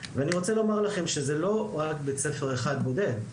ואני רוצה לומר לכם שזה לא רק בית ספר אחד בודד,